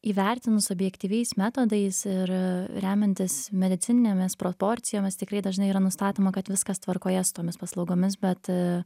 įvertinus objektyviais metodais ir remiantis medicininėmis proporcijomis tikrai dažnai yra nustatoma kad viskas tvarkoje su tomis paslaugomis bet